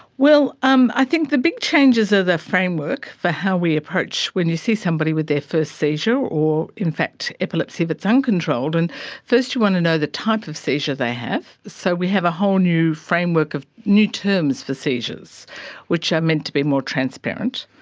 well, um i think the big changes are the framework for how we approach, when you see somebody with their first seizure or in fact epilepsy if it's uncontrolled, and first you want to know the type of seizure they have, so we have a whole new framework of new terms for seizures which are meant to be more transparent.